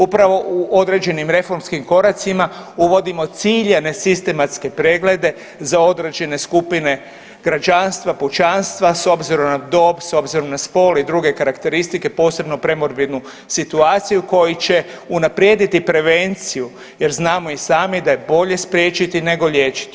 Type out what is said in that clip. Upravo u određenim reformskim koracima uvodimo ciljane sistematske preglede za određene skupine građanstva, pučanstva s obzirom na dob, s obzirom na spol i druge karakteristike posebno premorbidnu situaciju koji će unaprijediti prevenciju jer znamo i sami da je bolje spriječiti nego liječiti.